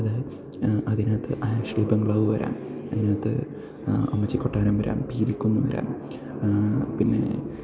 അത് അതിനകത്ത് ആഷ്ലി ബംഗ്ലാവ് വരാം അതിനകത്ത് അമ്മച്ചി കൊട്ടാരം വരാം പീലിക്കുന്ന് വരാം പിന്നെ